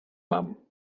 mam